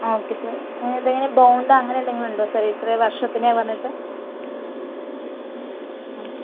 ആ okay sir ഇത് എങ്ങനെ ബോണ്ട് അങ്ങനെ എന്തെങ്കിലും ഉണ്ടോ സാർ ഇത്ര വർഷത്തിൻ്റെ പറഞ്ഞിട്ട് ഓക്കെ